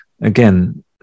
Again